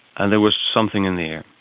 and there was something in the air.